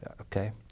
Okay